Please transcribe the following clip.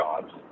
jobs